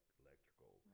electrical